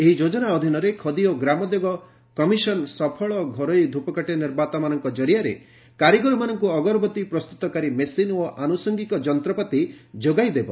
ଏହି ଯୋଜନା ଅଧୀନରେ ଖଦୀ ଓ ଗ୍ରାମୋଦ୍ୟୋଗ କମିଶନ୍ ସଫଳ ଘରୋଇ ଧ୍ରପକାଠି ନିର୍ମାତାମାନଙ୍କ କରିଆରେ କାରିଗରମାନଙ୍କୁ ଅଗରବତୀ ପ୍ରସ୍ତୁତକାରୀ ମେସିନ୍ ଓ ଆନୁଷଙ୍ଗିକ ଯନ୍ତ୍ରପାତି ଯୋଗାଇ ଦେବ